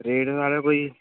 rate sir कोई